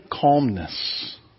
calmness